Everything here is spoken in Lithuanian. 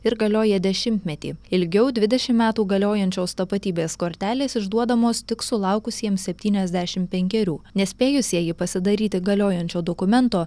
ir galioja dešimtmetį ilgiau dvidešimt metų galiojančios tapatybės kortelės išduodamos tik sulaukusiems septyniasdešim penkerių nespėjusieji pasidaryti galiojančio dokumento